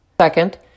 Second